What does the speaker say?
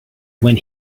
when